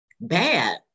bad